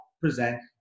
present